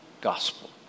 gospel